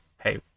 Hey